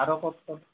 আৰু ক'ত ক'ত